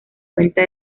cuenta